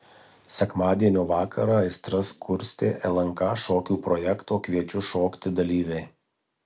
sekmadienio vakarą aistras kurstė lnk šokių projekto kviečiu šokti dalyviai